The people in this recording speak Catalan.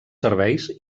serveis